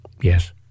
Yes